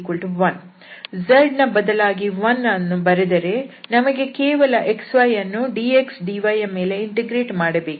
z ನ ಬದಲಾಗಿ 1 ಅನ್ನು ಬರೆದರೆ ನಮಗೆ ಕೇವಲ xy ಯನ್ನು dx dyಯ ಮೇಲೆ ಇಂಟಿಗ್ರೇಟ್ ಮಾಡಬೇಕಿದೆ